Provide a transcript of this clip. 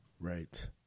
Right